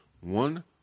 One